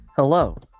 hello